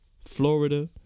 Florida